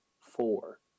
four